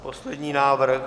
Poslední návrh.